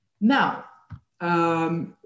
Now